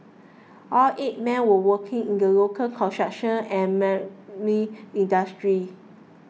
all eight men were working in the local construction and marine industries